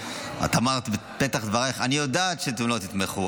את אמרת בפתח דברייך: אני יודעת שאתם לא תתמכו.